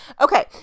okay